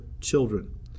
children